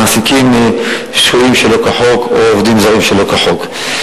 שמעסיקים שוהים שלא כחוק או עובדים זרים שלא כחוק.